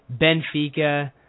Benfica